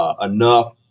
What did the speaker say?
enough